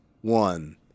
one